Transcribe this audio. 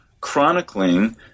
chronicling